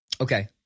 Okay